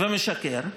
ומשקר,